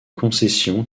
concession